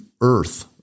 earth